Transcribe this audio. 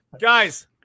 guys